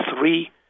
three